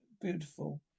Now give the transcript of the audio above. beautiful